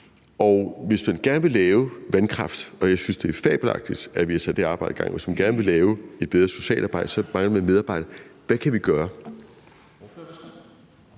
Og hvis man gerne vil lave vandkraft – og jeg synes, det er fabelagtigt, at vi har sat det arbejde i gang – og hvis man gerne vil lave et bedre socialarbejde, så mangler man medarbejdere. Hvad kan vi gøre?